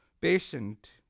patient